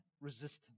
resistance